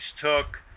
took